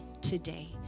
today